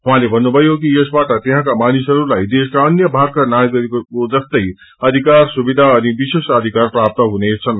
उहाँले भन्नुभयो कि यसाबाट त्यहाँका मानिसहरूलाई देशका अन्य सुविधा नागरिकहरूको जस्तै अधिकर सुविधा अनि विशेषाधिकार प्राप्त हुनेछन्